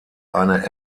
eine